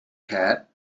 cat